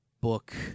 book